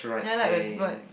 ya like when people